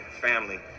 family